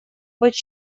быть